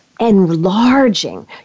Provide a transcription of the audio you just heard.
Enlarging